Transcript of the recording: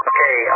Okay